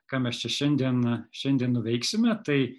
ką mes čia šiandieną šiandien nuveiksime tai